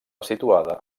situada